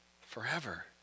Forever